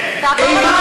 תעבור